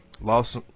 Lost